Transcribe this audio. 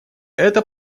это